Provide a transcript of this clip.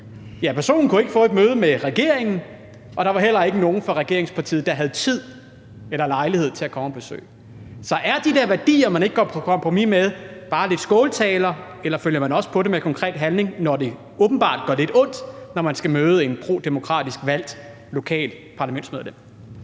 Ja, personen kunne ikke få et møde med regeringen, og der var heller ikke nogen fra regeringspartiet, der havde tid eller lejlighed til at komme til besøget. Så er de der værdier, som man ikke går på kompromis med, bare lidt skåltaler, eller følger man også op på det med konkret handling, når det åbenbart gør lidt ondt, når man skal møde et prodemokratisk valgt lokalt parlamentsmedlem?